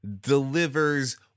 delivers